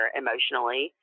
emotionally